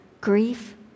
grief